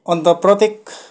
अन्त प्रत्येक